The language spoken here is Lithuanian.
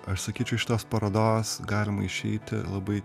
aš sakyčiau iš šitos parodos galima išeiti labai